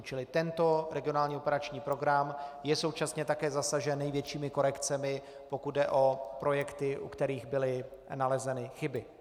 Čili tento regionální operační program je současně také zasažen největšími korekcemi, pokud jde o projekty, u kterých byly nalezeny chyby.